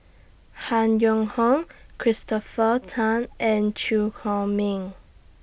Han Yong Hong Christopher Tan and Chew Chor Meng